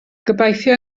gobeithio